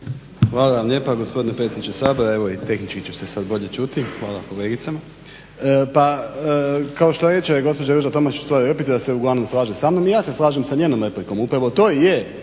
Hvala vam lijepo gospodine predsjedniče Sabora. Evo i tehnički ću se sada bolje čuti, hvala kolegicama. Pa kao što reče gospođa Ruža Tomašić u svojoj replici da se ulaganom slaže sa mnom, i ja se slažem s njenom replikom. Upravo to i je